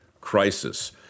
Crisis